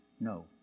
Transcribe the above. no